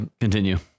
Continue